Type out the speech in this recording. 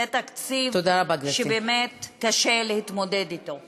זה תקציב שבאמת קשה להתמודד אתו.